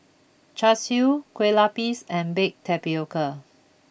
Char Siu Kue Lupis and Baked Tapioca